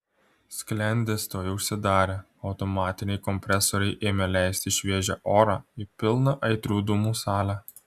sklendės tuoj užsidarė automatiniai kompresoriai ėmė leisti šviežią orą į pilną aitrių dūmų salę